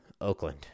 Oakland